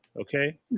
Okay